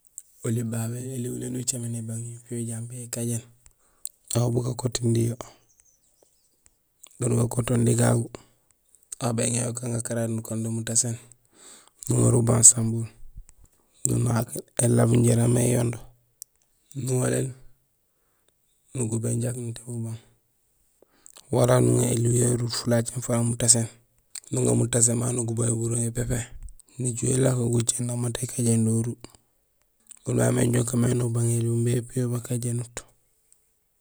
Oli babé éliw néni ucaméén ébang yo piyo jambi ékajéén, aw bugakotondi yo. Do gakotondi gagu, aw béŋa yo ukaan gakarari nukando mutaséén nuŋa ubang sambun nunaak yo élaab jaraam éyonde nuwaléén nugubéén jak nutéén ubang. Wala nuŋa éliw yayu uruur fulacéén fara mutaséén nuŋa mutaséén mamu nugubéén yo buron yo pépé, néjuhé éléko gujééna baan mat ékajéén doru. Oli babé mé injo ukaan mé nubang éliw imbi épiyo bakajénut.